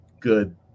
good